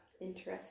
Interesting